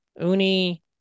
Uni